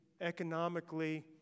economically